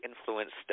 influenced